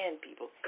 people